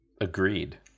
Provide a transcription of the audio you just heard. Agreed